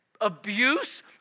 Abuse